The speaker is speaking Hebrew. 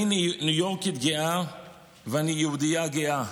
"אני ניו יורקית גאה ואני יהודייה גאה",